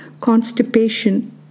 constipation